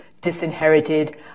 Disinherited